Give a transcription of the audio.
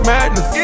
Madness